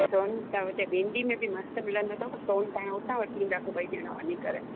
सोन त हूते बींडी में बि मस्तु मिलंदो अथव सोन तव्हांजो हुतां वठी ईंदासीं ॿई ॼणा वञी करे